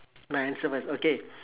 my answer first okay